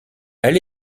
elle